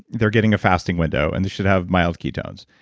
they're getting a fasting window, and they should have mild ketones.